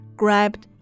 grabbed